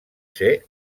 ser